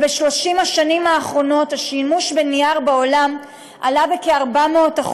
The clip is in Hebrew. ב-30 השנים האחרונות השימוש בנייר בעולם עלה בכ-400%.